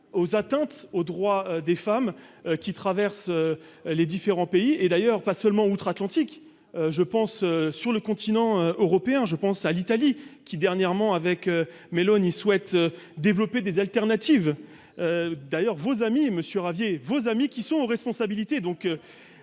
aux atteintes aux droits des femmes qui traverse les différents pays et d'ailleurs pas seulement outre-Atlantique je pense sur le continent européen, je pense à l'Italie qui dernièrement avec Mélo ni souhaite développer des alternatives d'ailleurs vos amis et Monsieur Ravier. Vos amis qui sont aux responsabilités,